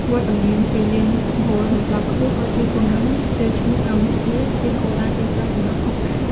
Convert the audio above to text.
វត្តមានទីលានហ្គោលលំដាប់ខ្ពស់ក៏ជួយពង្រឹងកេរ្តិ៍ឈ្មោះកម្ពុជា ជាគោលដៅទេសចរណ៍ចម្រុះផងដែរ។